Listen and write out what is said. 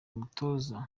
umutoza